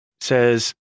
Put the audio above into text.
Says